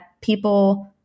people